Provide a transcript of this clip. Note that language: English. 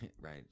Right